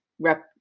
rep